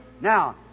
Now